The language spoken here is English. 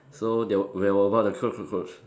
so they were they were about to kill cockroach